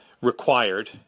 required